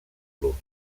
los